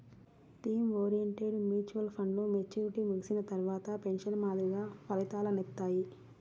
theme oriented mutual ఫండ్లు maturity ముగిసిన తర్వాత పెన్షన్ మాదిరిగా ఫలితాలనిత్తాయి